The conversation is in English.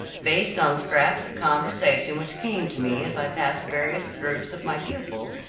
based on scraps of conversation which came to me as i passed various groups of my pupils,